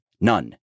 none